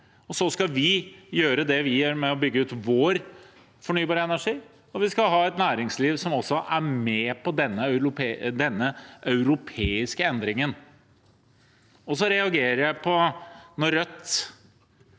Så skal vi gjøre det vi gjør med å bygge ut vår fornybare energi, og vi skal ha et næringsliv som også er med på denne europeiske endringen. Jeg reagerer på at Rødt,